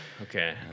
okay